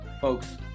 folks